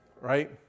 right